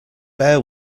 bear